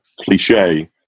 cliche